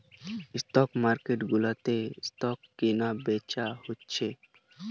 stock market গুলাতে stock কেনা বেচা হতিছে